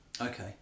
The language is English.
okay